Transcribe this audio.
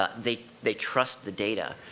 ah they they trust the data.